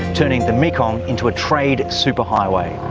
turning the mekong into a trade superhighway.